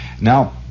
Now